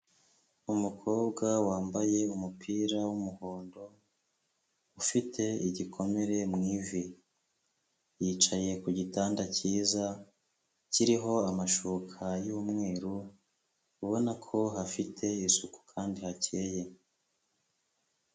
Umukobwa wambaye umupira w'umuhondo ufite igikomere mu ivi yicaye kugitanda cyiza kiriho amashuka y'umweru, ubona ko hafite isuku kandi hakeye.